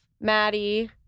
Maddie